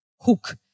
hook